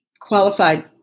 qualified